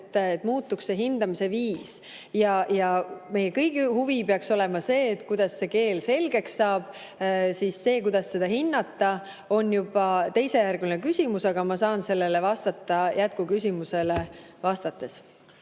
et muutuks hindamise viis. Meie kõigi huvi peaks olema see, kuidas keel selgeks saab. See, kuidas seda hinnata, on juba teisejärguline küsimus, aga ma saan sellele vastata jätkuküsimusele vastates.